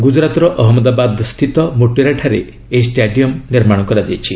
ଗୁଜରାତର ଅହମ୍ମଦାବାଦ ସ୍ଥିତ ମୋଟେରା ଠାରେ ଏହି ଷ୍ଟାଡିୟମ୍ ନିର୍ମାଣ କରାଯାଇଛି